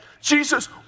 Jesus